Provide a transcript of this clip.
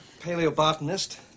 paleobotanist